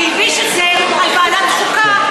שהלביש את זה על ועדת חוקה,